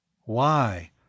Why